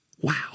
Wow